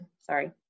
sorry